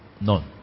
None